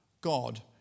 God